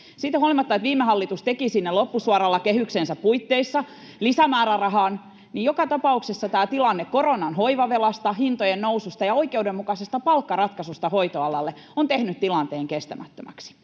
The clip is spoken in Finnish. Siitä huolimatta, että viime hallitus teki sinne loppusuoralla kehyksensä puitteissa lisämäärärahan, niin joka tapauksessa tämä tilanne koronan hoivavelasta, hintojen noususta ja oikeudenmukaisesta palkkaratkaisusta hoitoalalle on tehnyt tilanteen kestämättömäksi.